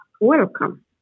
welcome